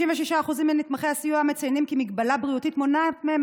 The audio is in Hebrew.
56% מנתמכי הסיוע מציינים כי מגבלה בריאותית מונעת מהם